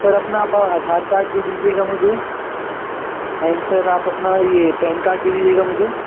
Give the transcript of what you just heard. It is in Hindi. सर अपना आप आधार कार्ड दे दीजिएगा मुझे एण्ड सर आप अपना ये पैन कार्ड दे दीजिएगा मुझे